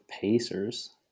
Pacers